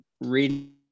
reading